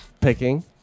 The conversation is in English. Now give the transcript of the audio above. picking